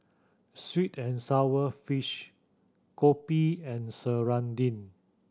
sweet and sour fish kopi and serunding